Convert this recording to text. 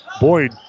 Boyd